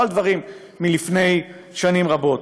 לא על דברים מלפני שנים רבות.